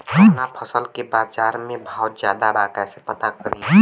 कवना फसल के बाजार में भाव ज्यादा बा कैसे पता करि?